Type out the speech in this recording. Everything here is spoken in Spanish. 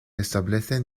establecen